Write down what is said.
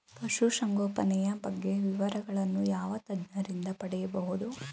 ಪಶುಸಂಗೋಪನೆಯ ಬಗ್ಗೆ ವಿವರಗಳನ್ನು ಯಾವ ತಜ್ಞರಿಂದ ಪಡೆಯಬಹುದು?